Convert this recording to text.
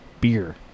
beer